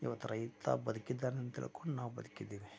ಇವತ್ತು ರೈತ ಬದುಕಿದ್ದಾನೆ ಅಂತ ತಿಳ್ಕೊಂಡು ನಾವು ಬದುಕಿದ್ದೀವಿ